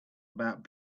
about